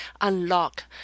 unlock